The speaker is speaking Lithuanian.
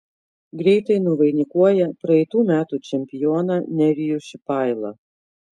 greitai nuvainikuoja praeitų metų čempioną nerijų šipailą